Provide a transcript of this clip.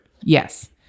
Yes